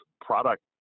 product